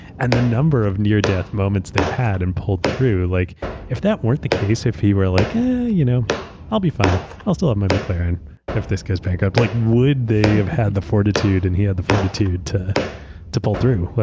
and the number of near-death moments they've had and pulled through, like if that werenaeurt the case, if he were like yeah you know i'll be fine, iaeurll still have my mclaren if this goes bankrupt. like would they have had the fortitude and he had the fortitude to to pull through?